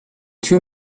two